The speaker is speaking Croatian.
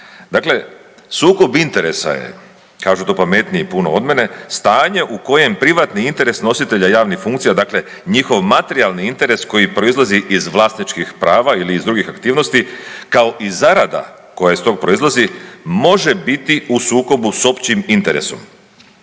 Dakle, sukob interesa je, kažu to pametniji puno od mene, stanje u kojem privatni interes nositelja javnih funkcija, dakle njihov materijalni interes koji proizlazi iz vlasničkih prava ili iz drugih aktivnosti, kao i zarada koja iz tog proizlazi, može biti u sukobu s općim interesom.